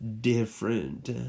different